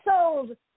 sold